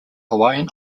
hawaiian